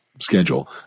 schedule